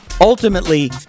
Ultimately